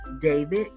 David